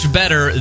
better